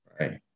Right